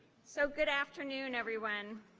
so good afternoon, everyone.